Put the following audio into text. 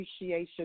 appreciation